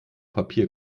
papier